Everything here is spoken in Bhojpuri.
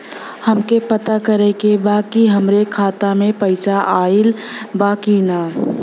हमके पता करे के बा कि हमरे खाता में पैसा ऑइल बा कि ना?